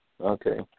Okay